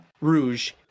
rouge